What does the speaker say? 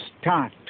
start